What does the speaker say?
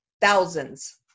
thousands